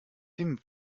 dem